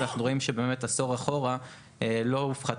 אנחנו רואים שבאמת עשור אחורה לא הופחת